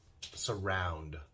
surround